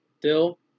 Dill